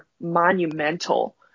monumental